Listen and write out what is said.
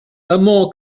amor